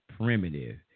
primitive